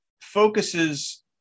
focuses